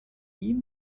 ihm